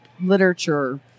literature